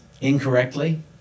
incorrectly